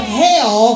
hell